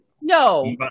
No